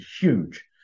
huge